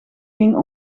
ging